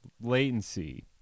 latency